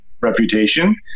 reputation